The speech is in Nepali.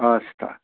हस् त